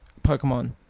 Pokemon